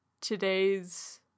today's